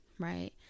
right